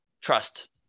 trust